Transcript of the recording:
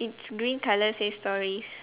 it's green colour say stories